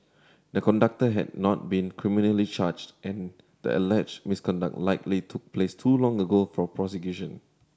the conductor had not been criminally charged and the alleged misconduct likely took place too long ago for prosecution